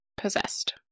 possessed